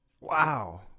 wow